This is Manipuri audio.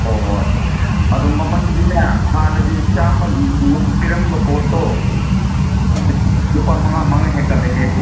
ꯍꯣ ꯍꯣ ꯍꯣꯏ ꯑꯗꯨ ꯃꯃꯟꯗꯤꯅꯦ ꯍꯥꯟꯅꯗꯤ ꯆꯥꯝꯃ ꯄꯤꯔꯝꯕ ꯄꯣꯠꯇꯣ ꯍꯧꯖꯤꯛꯇꯤ ꯂꯨꯄꯥ ꯃꯉꯥ ꯃꯉꯥ ꯍꯦꯟꯀꯠꯂꯛꯑꯦ